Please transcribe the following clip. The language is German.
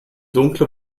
dunkle